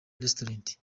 restaurant